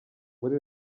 muri